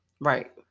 right